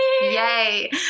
yay